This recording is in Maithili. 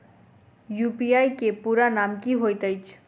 यु.पी.आई केँ पूरा नाम की होइत अछि?